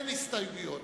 אין הסתייגויות.